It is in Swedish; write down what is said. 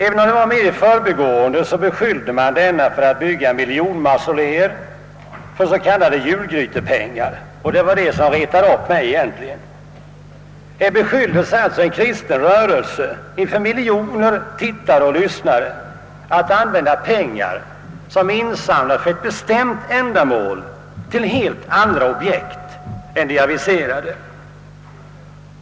Även om det var mer i förbigående beskyllde han denna för att bygga mausoleer för s.k. julgrytepengar, och det var egentligen detta som retade upp mig. Här beskylldes alltså en kristen rörelse inför miljoner tittare och lyssnare att använda pengar, som insamlats för ett bestämt ändamål, till helt andra objekt än de aviserade.